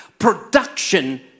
Production